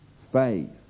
faith